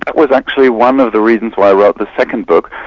was actually one of the reasons why i wrote the second book.